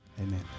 Amen